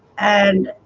and